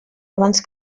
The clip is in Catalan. abans